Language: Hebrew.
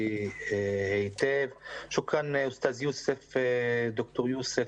שוכרן ד"ר יוסף,